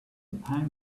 pang